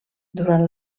durant